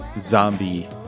zombie